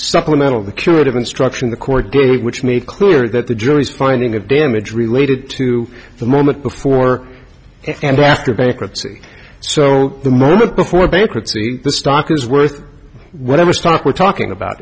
supplemental the curative instruction the court gave which made clear that the jury's finding of damage related to the moment before and after bankruptcy so the moment before a bankruptcy the stock is worth whatever stock we're talking about